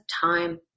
time